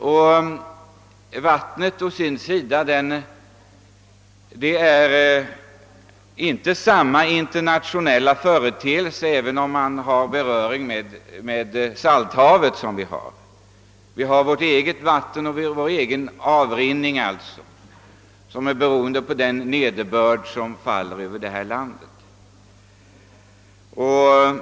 Vattenföroreningarna å sin sida sprider sig inte på samma sätt som luftföroreningarna mellan länderna, även om t.ex. vårt land har beröring med salthavet. Vi har vårt eget vatten och vår egen avrinning, som står i relation till den nederbörd som faller över vårt land.